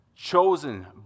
Chosen